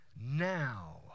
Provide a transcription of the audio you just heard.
now